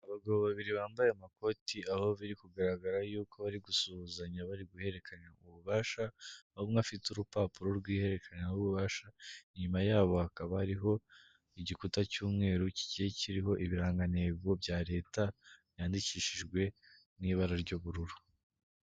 Abagabo babiri bambaye amakoti, aho biri kugaragara yuko bari gusuhuzanya, bari guhererekanya ububasha, aho umwe afite urupapuro rw'ihererekanyabubasha, inyuma yabo hakaba hariho igikuta cy'umweru kigiye kiriho ibirangantego bya Leta byandikishijwe n'ibara ry'ubururu.